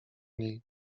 niej